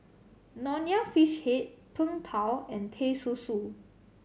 Nonya Fish Head Png Tao and Teh Susu